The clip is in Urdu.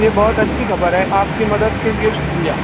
یہ بہت اچھی خبر ہے آپ کی مدد کے لیے شُکریہ